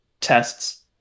tests